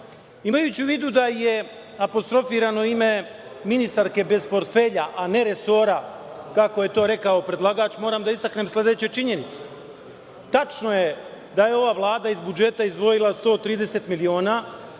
Vlada. Imajući u vidu da je apostrofirano ime ministarke bez portfelja, a ne resora, kako je to rekao predlagač, moram da istaknem sledeće činjenice. Tačno je da je ova Vlada iz budžeta izdvojila 130 miliona